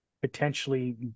potentially